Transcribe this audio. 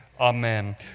amen